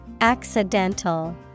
Accidental